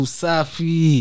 safi